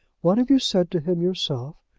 what have you said to him yourself?